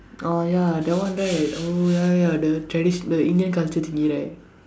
oh ya that one right oh ya ya the tradition the Indian culture thingy right